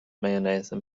mayonnaise